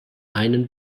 einen